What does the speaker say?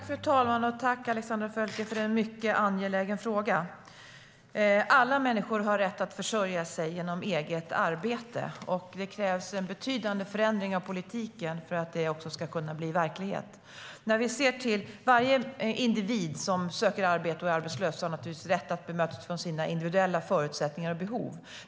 Fru talman! Tack, Alexandra Völker, för en mycket angelägen fråga! Alla människor har rätt att försörja sig genom eget arbete, och det krävs en betydande förändring av politiken för att det också ska kunna bli verklighet. Varje individ som är arbetslös och söker arbete har naturligtvis rätt att bli bemött utifrån sina individuella förutsättningar och behov.